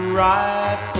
right